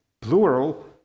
plural